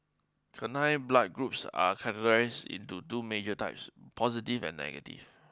Canine Blood Groups are categorised into two major types positive and negative